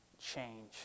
change